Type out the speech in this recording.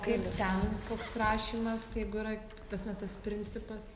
kaip ten koks rašymas jeigu yra tas ne tas principas